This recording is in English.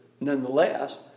nonetheless